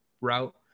route